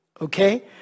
okay